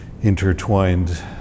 intertwined